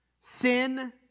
Sin